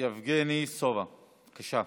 יבגני סובה, בבקשה.